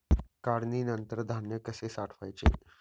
काढणीनंतर धान्य कसे साठवायचे?